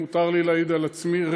אם מותר לי להעיד על עצמי,